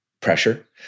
pressure